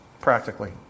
Practically